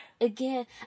Again